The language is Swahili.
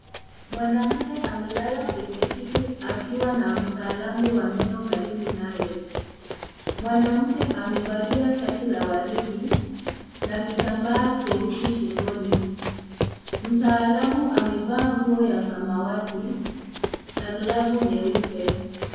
Mwanamke amelala kwenye kiti akiwa na mtaalamu wa meno karibu naye, mwanamke amevalia shati la waridi na kitambaa cheusi shingoni, mtaalamu amevaa nguo ya samawati na glavu nyeupe.